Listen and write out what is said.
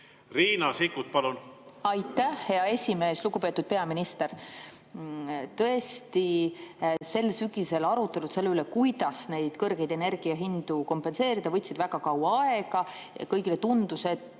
Riina Sikkut, palun! Aitäh, hea esimees! Lugupeetud peaminister! Tõesti, sel sügisel arutelud selle üle, kuidas kõrgeid energiahindu kompenseerida, võtsid väga kaua aega. Kõigile tundus, et